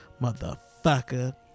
Motherfucker